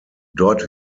dort